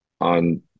on